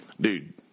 dude